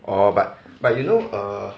orh but but you know err